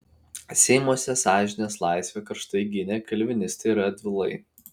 seimuose sąžinės laisvę karštai gynė kalvinistai radvilai